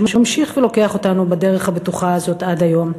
שממשיך ולוקח אותנו בדרך הבטוחה הזאת עד היום.